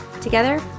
Together